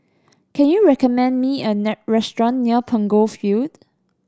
can you recommend me a restaurant near Punggol Field